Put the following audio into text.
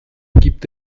gibt